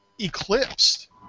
eclipsed